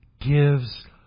gives